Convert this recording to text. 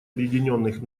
объединенных